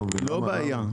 אני לא מבין.